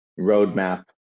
roadmap